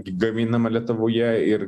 gaminama lietuvoje ir